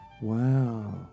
Wow